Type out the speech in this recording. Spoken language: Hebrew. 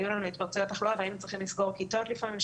היו לנו התפרצויות תחלואה והיינו צריכים לסגור כיתות לפעמים,